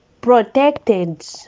protected